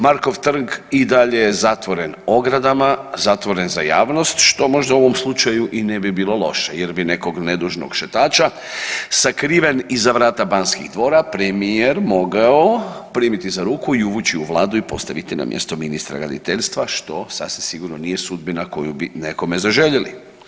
Markov trg i dalje je zatvoren ogradama, zatvoren za javnost što možda u ovom slučaju i ne bi bilo loše jer bi nekog nedužnog šetača sakriven iza vrata Banskih dvora premijer mogao primiti za ruku i uvući u Vladu i postaviti na mjesto ministra graditeljstva što sasvim sigurno nije sudbina koju bi nekome zaželjeli.